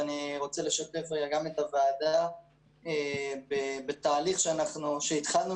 ואני רוצה לשתף את הוועדה בתהליך שהתחלנו